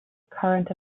current